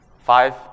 Five